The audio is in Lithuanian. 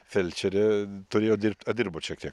felčerė turėjot dirbt a dirbot šiek tiek